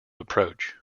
approach